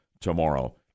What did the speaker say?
tomorrow